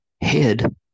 head